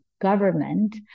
government